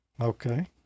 Okay